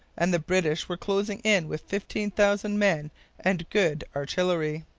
and the british were closing in with fifteen thousand men and good artillery.